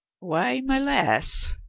why, my lass,